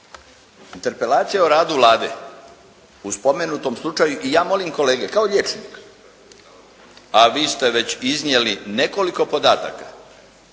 Interpelacija o radu Vlade u spomenutom slučaju i ja molim kolege kao liječnik, a vi ste već iznijeli nekoliko podataka